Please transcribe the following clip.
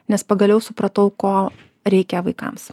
nes pagaliau supratau ko reikia vaikams